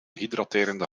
hydraterende